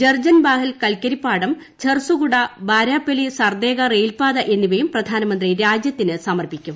ജർജൻബാഹൽ കൽക്കരിപ്പാടം ഝർസുഗുഡ ബാരാപലി സർദേഗ റെയിൽപാത എന്നിവയും പ്രധാനമന്ത്രി രാജ്യത്തിന് സമർപ്പിക്കും